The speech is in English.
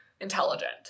Intelligent